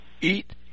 eat